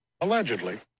Allegedly